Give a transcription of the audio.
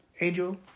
Angel